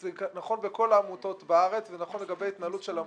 זה נכון לכל העמותות בארץ וזה נכון לגבי התנהלות של עמותה.